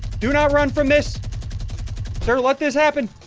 do not run from this sir, let this happen.